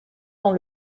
dans